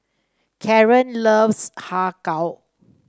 Caron loves Har Kow